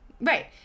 Right